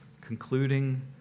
concluding